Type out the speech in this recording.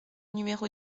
numéro